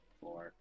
four